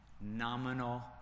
nominal